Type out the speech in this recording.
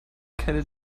keine